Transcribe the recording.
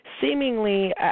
seemingly